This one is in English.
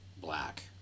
black